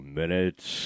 minutes